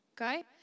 Okay